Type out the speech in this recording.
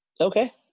Okay